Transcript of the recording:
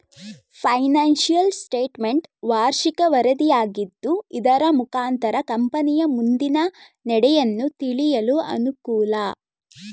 financial statement ವಾರ್ಷಿಕ ವರದಿಯಾಗಿದ್ದು ಇದರ ಮುಖಾಂತರ ಕಂಪನಿಯ ಮುಂದಿನ ನಡೆಯನ್ನು ತಿಳಿಯಲು ಅನುಕೂಲ